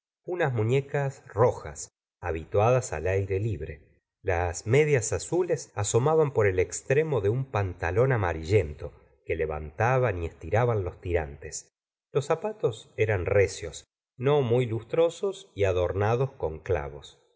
unas muliecas rojas habituadas al aire libre las medias azules asomaban por el extremo de un pantalón amarillento que levantaban y estiraban los tirantes los zapatos eran recios no muy lustrosos y adornados con clavos